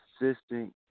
assistant